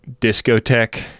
discotheque